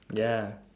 ya